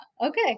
Okay